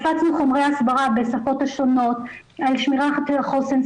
הפצנו חומרי הסברה בשפות שונות על שמירת החוסן,